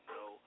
no